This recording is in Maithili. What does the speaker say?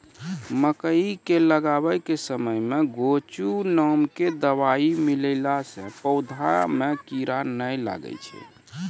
मकई के लगाबै के समय मे गोचु नाम के दवाई मिलैला से पौधा मे कीड़ा नैय लागै छै?